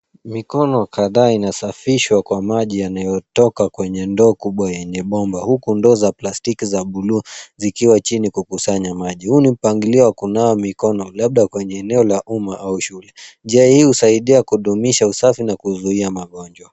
Mikono kadhaa inasafishwa kwa maji yanayotoka kwenye ndoo kubwa yenye bomba. Huku ndoo za plastiki za bluu zikiwa chini kukusanya maji. Huu ni mpangilio wa kunawa mikono labda kwenye eneo la umma au shule. Njia hii husaidia kudumisha usafi na kuzuia magonjwa.